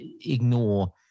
ignore